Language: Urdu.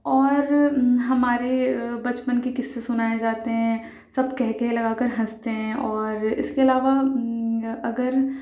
اور ہمارے بچپن کے قصّے سُنائے جاتے ہیں سب قہقہے لگا کر ہنستے ہیں اور اِس کے علاوہ اگر